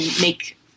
make